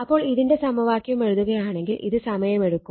അപ്പോൾ ഇതിന്റെ സമവാക്യം എഴുതുകയാണെങ്കിൽ ഇത് സമയമെടുക്കും